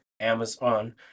amazon